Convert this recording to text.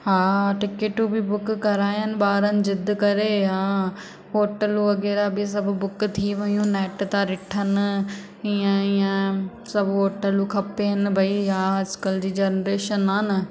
हा टिकिटूं बि बुक कराइनि ॿारनि जिद करे हा होटल वग़ैरह बि सभु बुक थी वेयूं नैट था ॾिसनि इअं इअं सभु होटलूं खपेनि भाई हा अॼुकल्ह जी जनरेशन हा न